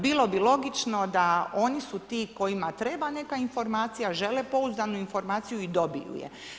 Bilo bi logično da oni su ti kojima treba neka informacija, žele pouzdanu informaciju i dobiju je.